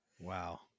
Wow